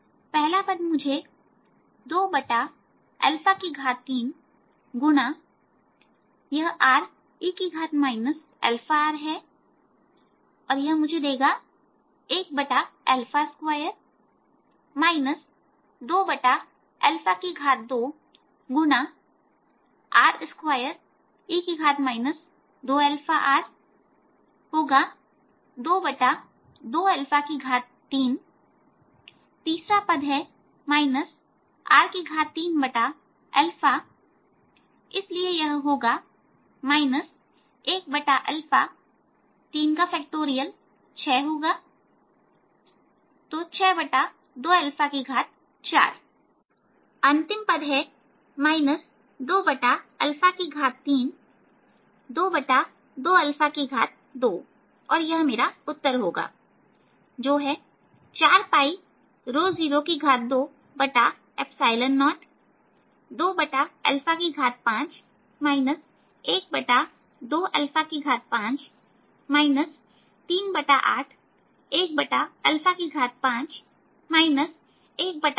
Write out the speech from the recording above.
पहला पद मुझे 23x यह re αr है और मुझे देगा 12 22x r2e 2αrजो मुझे देगा23 तीसरा पद है r3 इसलिए यह होगा 1 64 अंतिम पद है 2322और यह मेरा उत्तर होगा जो है 402025 125 3815 15